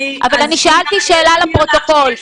אבל אני שאלתי שאלה לפרוטוקול,